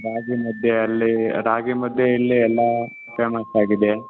ರಾಗಿ ಮುದ್ದೆಯಲ್ಲಿ ರಾಗಿ ಮುದ್ದೆ ಇಲ್ಲಿ ಎಲ್ಲ ಫೇಮಸ್ ಆಗಿದೆ